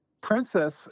Princess